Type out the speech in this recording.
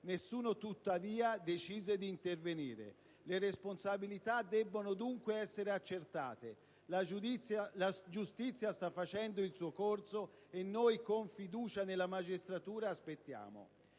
nessuno, tuttavia, decise di intervenire. Le responsabilità debbono, dunque, essere accertate. La giustizia sta facendo il suo corso e noi, con fiducia nella magistratura, aspettiamo.